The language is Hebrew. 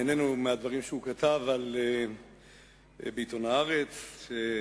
נהנינו מהדברים שהוא אמר לעיתון "הארץ"